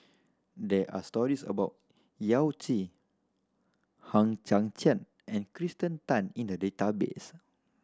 there are stories about Yao Zi Hang Chang Chieh and Kirsten Tan in the database